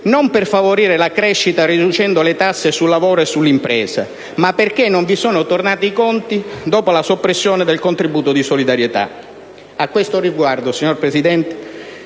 non per favorire la crescita riducendo le tasse sul lavoro e sull'impresa, ma perché non vi sono tornati i conti dopo la soppressione del contributo di solidarietà. A questo riguardo, signor Presidente,